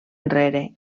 enrere